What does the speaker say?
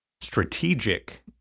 strategic